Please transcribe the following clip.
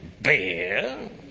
bear